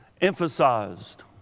emphasized